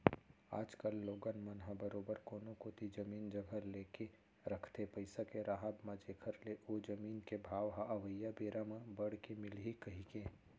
आज कल लोगन मन ह बरोबर कोनो कोती जमीन जघा लेके रखथे पइसा के राहब म जेखर ले ओ जमीन के भाव ह अवइया बेरा म बड़ के मिलही कहिके